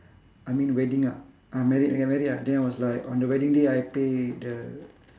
I mean wedding ah ah married ya married lah then I was like on the wedding day I play the